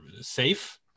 safe